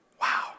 Wow